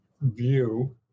view